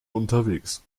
unterwegs